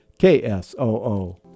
KSOO